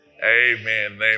Amen